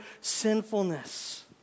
sinfulness